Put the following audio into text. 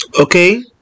okay